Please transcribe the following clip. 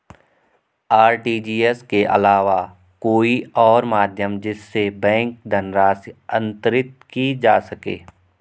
RTGS के अलावा कोई और माध्यम जिससे बैंक धनराशि अंतरित की जा सके?